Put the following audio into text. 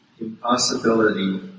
impossibility